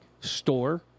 store